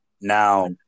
now